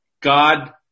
God